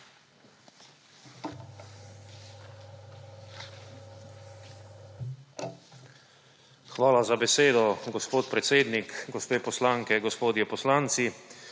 Hvala za besedo, gospod predsednik. Gospe poslanke, gospodje poslanci!